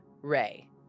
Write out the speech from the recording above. Ray